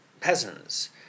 peasants